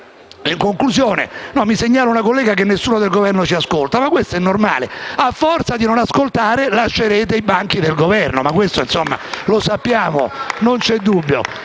in Spagna. Mi segnala una collega che nessuno del Governo ci ascolta; ma questo è normale. A forza di non ascoltare, lascerete i banchi del Governo; lo sappiamo, non c'è dubbio.